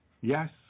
Yes